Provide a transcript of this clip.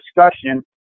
discussion